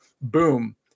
boom